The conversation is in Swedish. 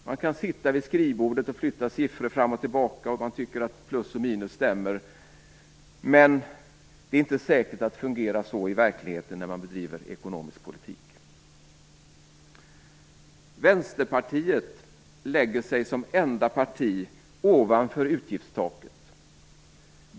Man kan sitta vid skrivbordet och flytta siffror fram och tillbaka tills man tycker att plus och minus stämmer. Men det är inte säkert att det fungerar så i verkligheten när man bedriver ekonomisk politik. Västerpartiet lägger sig som enda parti ovanför utgiftstaket.